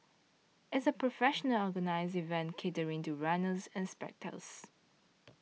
it's a professional organised event catering to runners and spectators